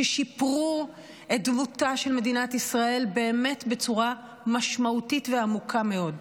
ששיפרו את דמותה של מדינת ישראל באמת בצורה משמעותית ועמוקה מאוד.